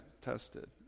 tested